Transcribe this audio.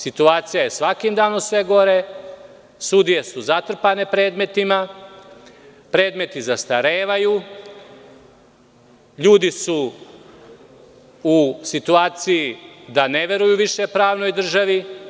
Situacija je svakim danom sve gore, sudije su zatrpane predmetima, predmeti zastarevaju, ljudi u situaciji da više ne veruju pravnoj državi.